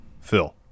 Phil